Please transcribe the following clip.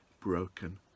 broken